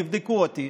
תבדקו אותי,